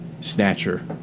Snatcher